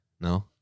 no